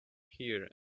here